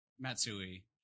Matsui